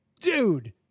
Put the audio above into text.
dude